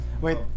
Wait